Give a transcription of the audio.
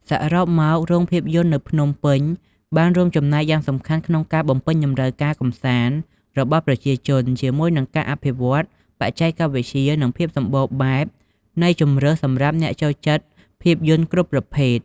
សរុបមក រោងភាពយន្តនៅភ្នំពេញបានរួមចំណែកយ៉ាងសំខាន់ក្នុងការបំពេញតម្រូវការកម្សាន្តរបស់ប្រជាជន ជាមួយនឹងការអភិវឌ្ឍបច្ចេកវិទ្យា និងភាពសម្បូរបែបនៃជម្រើសសម្រាប់អ្នកចូលចិត្តភាពយន្តគ្រប់ប្រភេទ។